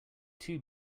two